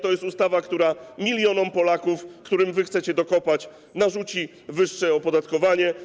To jest ustawa, która milionom Polaków, którym wy chcecie dokopać, narzuci wyższe opodatkowanie.